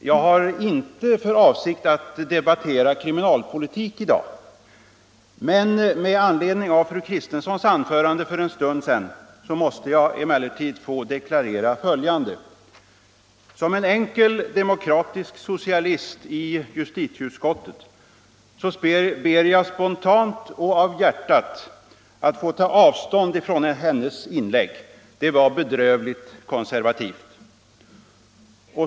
Herr talman! Jag har inte för avsikt att debattera kriminalpolitik i dag, men med anledning av fru Kristenssons anförande för en stund sedan måste jag få deklarera följande. Som en enkel demokratisk socialist i justitieutskottet ber jag spontant och av hjärtat att få ta avstånd ifrån hennes inlägg. Det var bedrövligt konservativt.